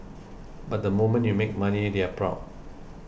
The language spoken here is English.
but the moment you make money they're proud